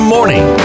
Morning